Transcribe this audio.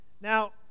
Now